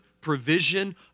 provision